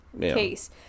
case